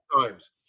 times